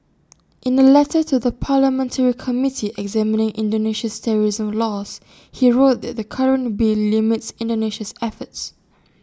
in A letter to the parliamentary committee examining Indonesia's terrorism laws he wrote that the current bill limits Indonesia's efforts